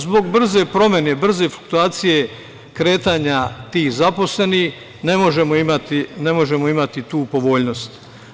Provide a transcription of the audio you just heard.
Zbog brze promene, zbog brze fluktuacije kretanja tih zaposlenih ne možemo imati tu povoljnost.